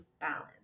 balance